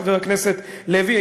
חבר הכנסת לוי,